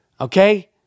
Okay